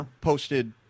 Posted